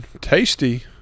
Tasty